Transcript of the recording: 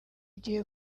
gihe